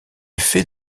fait